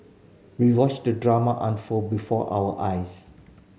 we watched the drama unfold before our eyes